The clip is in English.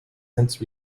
since